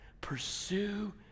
Pursue